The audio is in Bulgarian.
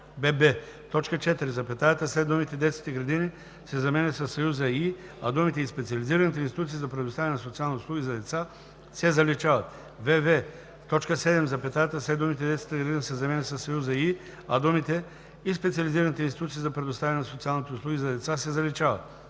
т. 4 запетаята след думите „детските градини“ се заменя със съюза „и“, а думите „и специализираните институции за предоставяне на социални услуги за деца“ се заличават; вв) в т. 7 запетаята след думите „детската градина“ се заменя със съюза „и“, а думите „и специализираните институции за предоставяне на социални услуги за деца“ се заличават;